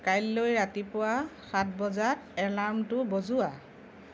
কাইলৈ ৰাতিপুৱা সাত বজাত এলাৰ্মটো বজোৱা